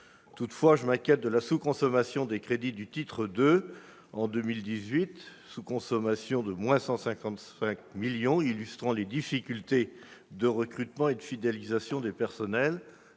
Toutefois, je m'inquiète de la sous-consommation des crédits du titre 2 en 2018. Cette dernière, qui est de 155 millions d'euros, illustre les difficultés de recrutement et de fidélisation des personnels.